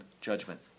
judgment